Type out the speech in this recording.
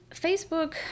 facebook